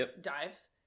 dives